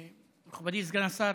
מכובדי סגן השר,